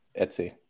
etsy